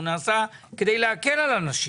הוא נעשה כדי להקל על אנשים.